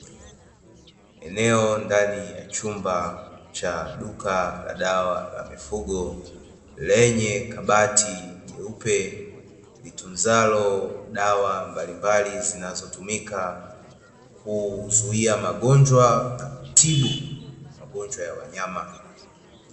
Eneo ndani ya chumba cha duka la dawa la mifugo. Lenye kabati jeupe litunzalo dawa mbalimbali zinazo tumika kuzuia magonjwa na kutibu magonjwa ya wanyama.